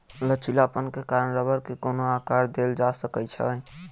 लचीलापन के कारण रबड़ के कोनो आकर देल जा सकै छै